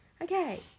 Okay